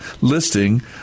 listing